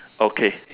okay